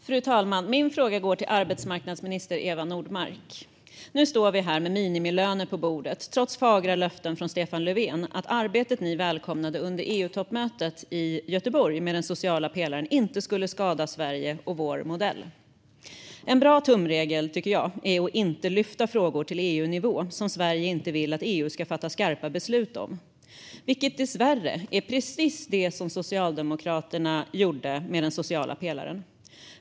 Fru talman! Min fråga går till arbetsmarknadsminister Eva Nordmark. Nu står vi här med minimilöner på bordet, trots fagra löften från Stefan Löfven om att arbetet med den sociala pelaren, som ni välkomnade, under EU-toppmötet i Göteborg inte skulle skada Sverige och vår modell. Jag tycker att det är en bra tumregel att inte lyfta frågor till EU-nivå som Sverige inte vill att EU ska fatta skarpa beslut om. Det var dessvärre precis det som Socialdemokraterna gjorde med den sociala pelaren.